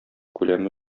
күләме